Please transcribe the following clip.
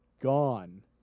gone